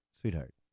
sweetheart